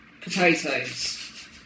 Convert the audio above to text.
Potatoes